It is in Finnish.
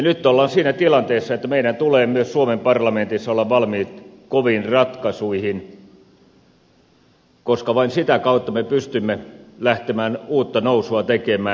nyt ollaan siinä tilanteessa että meidän tulee myös suomen parlamentissa olla valmiit koviin ratkaisuihin koska vain sitä kautta me pystymme lähtemään uutta nousua tekemään